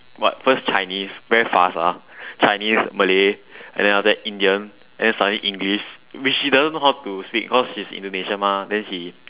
what first chinese very fast ah chinese malay and then after that indian and then suddenly english which she doesn't know how to speak cause she's indonesian mah then she